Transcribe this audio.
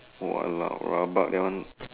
!walao! rabak that one